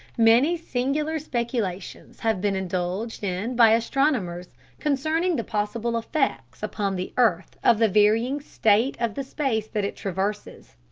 many singular speculations have been indulged in by astronomers concerning the possible effects upon the earth of the varying state of the space that it traverses.